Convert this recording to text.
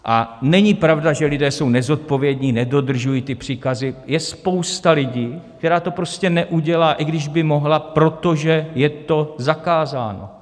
A není pravda, že lidé jsou nezodpovědní, nedodržují příkazy, je spousta lidí, která to prostě neudělá, i když by mohla, protože je to zakázáno.